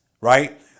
right